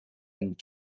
and